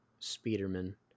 Speederman